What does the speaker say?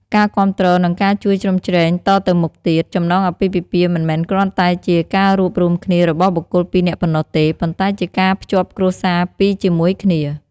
ការគាំទ្រ និងការជួយជ្រោមជ្រែងតទៅមុខទៀត ចំណងអាពាហ៍ពិពាហ៍មិនមែនគ្រាន់តែជាការរួបរួមគ្នារបស់បុគ្គលពីរនាក់ប៉ុណ្ណោះទេ ប៉ុន្តែជាការភ្ជាប់គ្រួសារពីរជាមួយគ្នា។